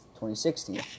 2016